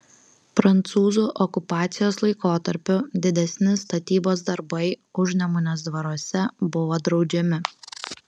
prancūzų okupacijos laikotarpiu didesni statybos darbai užnemunės dvaruose buvo draudžiami